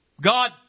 God